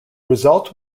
result